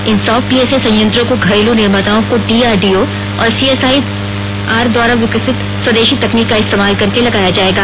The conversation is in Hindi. इन सौ पीएसए संयंत्रों को घरेलू निर्माताओं को डी आर डी ओ और सीएसआईआर द्वारा विकसित स्वदेशी तकनीक का इस्तेमाल करके लगाया जाएगा